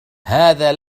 هذا